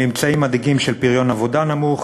ממצאים מדאיגים של פריון עבודה נמוך,